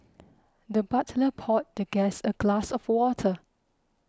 the butler poured the guest a glass of water